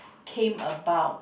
came about